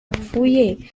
apfuye